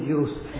use